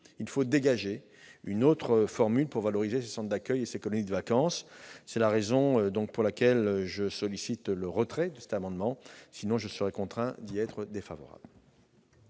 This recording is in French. Il faut trouver une autre formule pour valoriser ces centres d'accueil et ces colonies de vacances. C'est la raison pour laquelle je sollicite le retrait de cet amendement ; à défaut, je serai contraint d'émettre un avis défavorable.